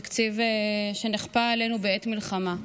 תקציב שנכפה עלינו בעת מלחמה.